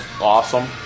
awesome